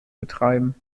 betreiben